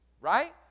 right